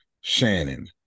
shannon